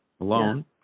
alone